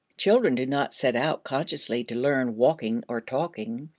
children do not set out, consciously, to learn walking or talking.